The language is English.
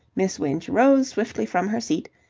miss winch rose swiftly from her seat,